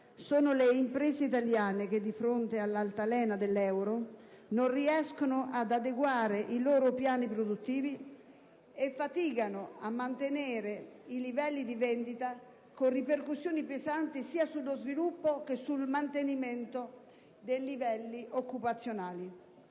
sono le imprese italiane che - di fronte all'altalena dell'euro - non riescono ad adeguare i loro piani produttivi e faticano a mantenere i livelli di vendita con ripercussioni pesanti sia sullo sviluppo che sul mantenimento dei livelli occupazionali.